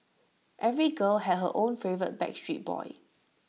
every girl had her own favourite backstreet Boy